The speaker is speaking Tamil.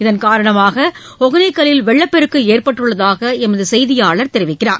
இதன்காரணமாக ஒகேனக்கல்லில் வெள்ளப் பெருக்கு ஏற்பட்டுள்ளதாக எமது செய்தியாளர் தெரிவிக்கிறார்